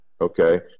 Okay